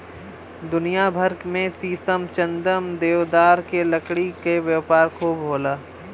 दुनिया भर में शीशम, चंदन, देवदार के लकड़ी के व्यापार खूब होला